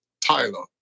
Tyler